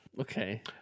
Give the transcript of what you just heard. Okay